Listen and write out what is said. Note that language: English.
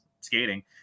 skating